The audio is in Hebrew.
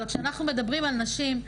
אבל כשאנחנו מדברים על נשים,